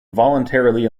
voluntarily